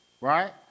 Right